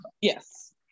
yes